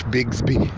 Bigsby